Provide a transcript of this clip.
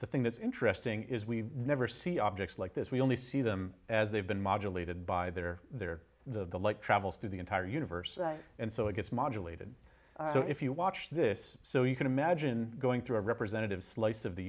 the thing that's interesting is we never see objects like this we only see them as they've been modulating by that are there the light travels through the entire universe and so it gets modulating so if you watch this so you can imagine going through a representative slice of the